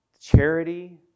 charity